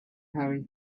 hurry